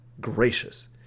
gracious